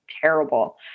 terrible